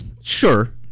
Sure